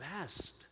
best